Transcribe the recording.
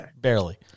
Barely